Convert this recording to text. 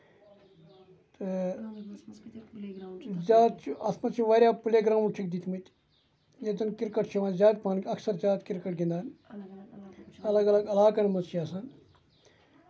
تہٕ زیادٕ اَتھ منٛز چھِ واریاہ پِلے گروُنڈ چھِکھ دِتمٕتۍ یتہِ زن کِرکٹ چھُ یِوان زیادٕ پَہن اَکثر زیادٕ کِرکٹ گِندان اَلگ اَلگ علاقن منٛز چھُ آسان